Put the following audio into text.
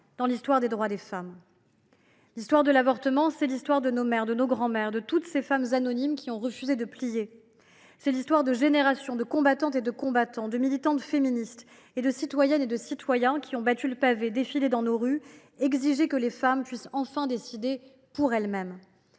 dans l’histoire des droits des femmes. L’histoire de l’avortement, c’est l’histoire de nos mères, de nos grands mères, de toutes ces femmes anonymes qui ont refusé de plier. C’est l’histoire de générations de combattantes et de combattants, de militantes féministes et de citoyennes et de citoyens qui ont battu le pavé, défilé dans nos rues, exigé que les femmes puissent enfin décider pour elles mêmes.